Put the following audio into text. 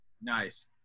Nice